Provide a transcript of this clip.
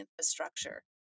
infrastructure